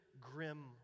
grim